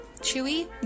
chewy